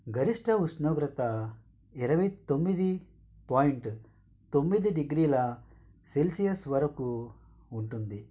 గరిష్ట ఉష్ణోగ్రత ఇరవై తొమ్మిది పాయింట్ తొమ్మిది డిగ్రీల సెల్సియస్ వరకు ఉంటుంది